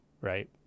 Right